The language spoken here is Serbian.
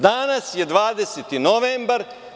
Danas je 20. novembar.